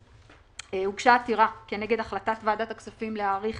הוגשה עתירה כנגד החלטת ועדת הכספים להאריך